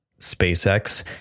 SpaceX